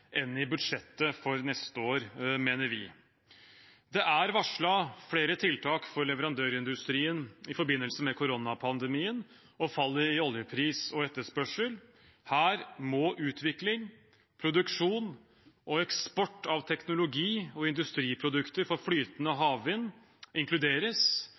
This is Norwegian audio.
enn i budsjettet for neste år, mener vi. Det er varslet flere tiltak for leverandørindustrien i forbindelse med koronapandemien og fallet i oljepris og etterspørsel. Her må utvikling, produksjon og eksport av teknologi og industriprodukter for flytende havvind inkluderes,